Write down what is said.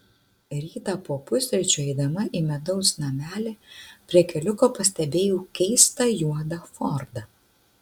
rytą po pusryčių eidama į medaus namelį prie keliuko pastebėjau keistą juodą fordą